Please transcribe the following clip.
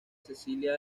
cecilia